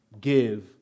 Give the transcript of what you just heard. give